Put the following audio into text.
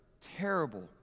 terrible